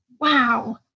wow